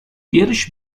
pierś